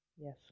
Yes